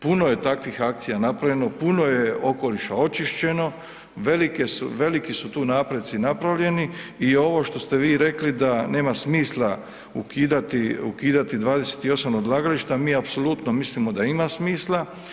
Puno je takvih akcija napravljeno, puno je okoliša očišćeno, veliki su tu napreci napravljeni i ovo što ste vi rekli da nema smisla ukidati 28 odlagališta, mi apsolutno mislimo da ima smisla.